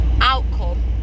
...outcome